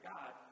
God